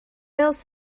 else